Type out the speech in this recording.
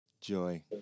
joy